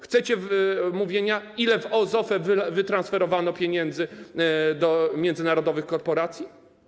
Chcecie mówienia, ile z OFE wytransferowano pieniędzy do międzynarodowych korporacji?